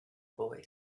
boy